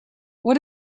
what